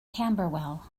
camberwell